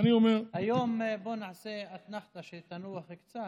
בוא נעשה אתנחתה, שתנוח קצת.